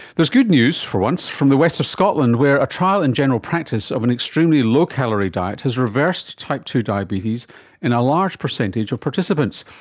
there's good news, for once, from the west of scotland where a trial in general practice of an extremely low calorie diet has reversed type two diabetes in a large percentage of participants.